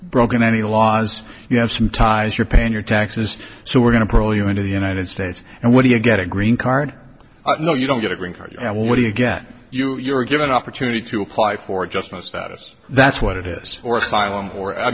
broken any laws you have some ties you're paying your taxes so we're going to throw you into the united states and what do you get a green card no you don't get a green card and what do you get you are given an opportunity to apply for adjustment status that's what it is or asylum or i